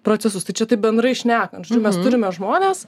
procesus tai čia taip bendrai šnekant čia mes turime žmones